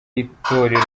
itorero